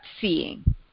seeing